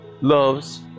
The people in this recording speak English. loves